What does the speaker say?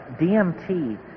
DMT